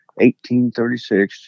1836